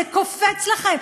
זה קופץ לכם,